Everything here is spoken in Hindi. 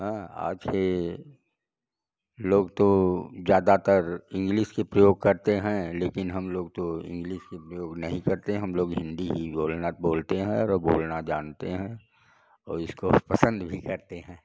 हँ आ छे लोग तो जादातर इंग्लिश के प्रयोग करते हैं लेकिन हम लोग तो इंग्लिश के प्रयोग नहीं करते हैं हम लोग हिंदी ही बोलना बोलते हैं और बोलना जानते हैं और इसको हम पसंद भी करते हैं